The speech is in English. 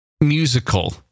musical